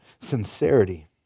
sincerity